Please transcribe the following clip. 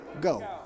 go